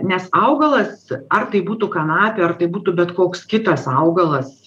nes augalas ar tai būtų kanapė ar tai būtų bet koks kitas augalas